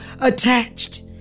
attached